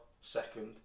second